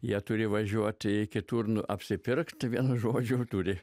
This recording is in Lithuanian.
jie turi važiuoti kitur apsipirkt vienu žodžių turi